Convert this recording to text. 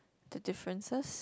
the differences